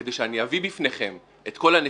כדי שאני אביא בפניכם את כל הנתונים,